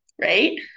Right